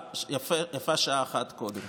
ויפה שעה אחת קודם.